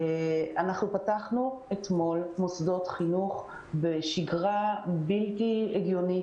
פתחנו אתמול מוסדות חינוך בשגרה בלתי הגיונית.